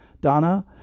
Donna